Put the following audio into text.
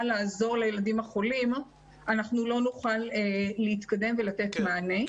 לעזור לילדים החולים אנחנו לא נוכל להתקדם ולתת מענה.